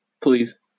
Please